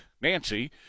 Nancy